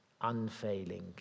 unfailing